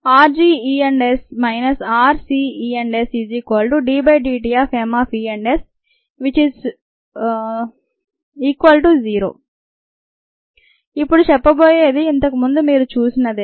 rgES rcESdmESdt≅0 ఇప్పడు చెప్పబోయేది ఇంతకు ముందు మీరు చూసినదే